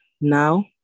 Now